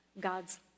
God's